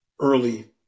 early